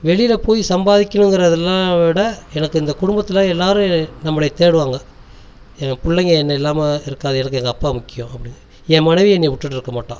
வெளியில் போய் சம்பாரிக்கணும் இதெல்லாம் விட எனக்கு இந்த குடும்பத்தில் எல்லோரும் நம்மளை தேடுவாங்கள் எங்கள் பிள்ளைங்க என்ன இல்லாமல் இருக்காது எனக்கு எங்க அப்பா முக்கியம் அப்படின்னு என் மனைவி என்னை விட்டுட்டு இருக்க மாட்டா